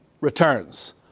returns